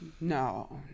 No